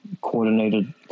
coordinated